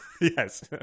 Yes